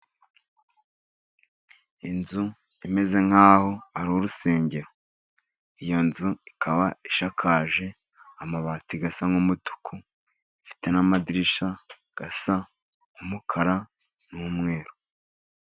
Inzu imeze nkaho ari urusengero, iyo nzu ikaba ishakaje amabati asa nk'umutuku, ifite n'amadirishya asa n'umukara n'umweru.